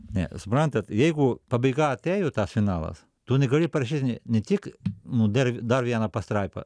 ne suprantat jeigu pabaiga atėjo ta finalas tu negali prašyti ne tik nu der dar vieną pastraipą